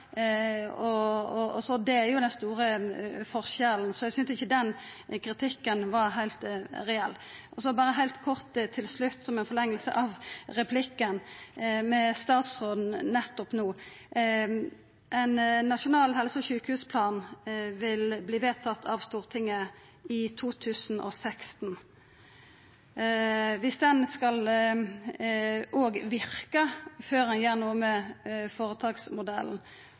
Det er den store forskjellen. Eg synest ikkje den kritikken var heilt reell. Heilt kort til slutt, som ei forlenging av replikkvekslinga med statsråden: Ein nasjonal helse- og sjukehusplan vil verta vedteken av Stortinget i 2016. Viss planen skal verka før ein gjer noko med føretaksmodellen,